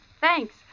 Thanks